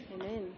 Amen